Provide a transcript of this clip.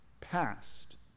passed